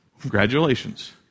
Congratulations